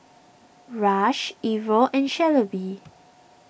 Rush Ivor and Shelbi